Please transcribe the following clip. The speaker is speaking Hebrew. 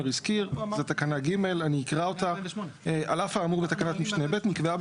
אני חושבת שבני יכול להקריא,